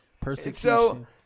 Persecution